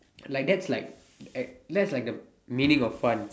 like that's like at that's like the meaning of fun